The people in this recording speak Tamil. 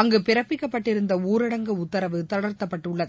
அங்கு பிறப்பிக்கப்பட்டிருந்த ஊரடங்கு உத்தரவு தளர்த்தப்பட்டுள்ளது